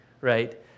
right